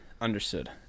Understood